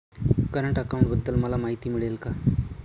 Current अकाउंटबद्दल मला माहिती मिळेल का?